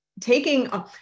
taking